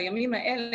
בימים האלה,